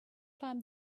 climbed